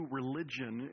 religion